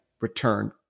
return